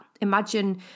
Imagine